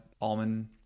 almond